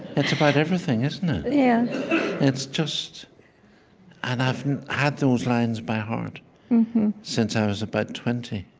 it's about everything, isn't it? yeah it's just and i've had those lines by heart since i was about twenty.